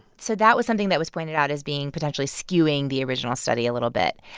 so that was something that was pointed out as being potentially skewing the original study a little bit.